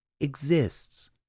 exists